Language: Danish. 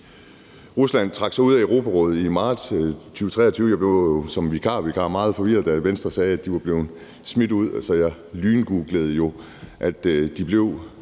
Rusland trak sig ud af Europarådet i marts 2023. Jeg blev jo som vikarvikar meget forvirret, da Venstre sagde, at de var blevet smidt ud, så jeg lyngooglede, at de blev